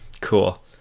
cool